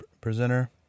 presenter